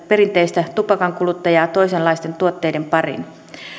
perinteistä tupakankuluttajaa toisenlaisten tuotteiden pariin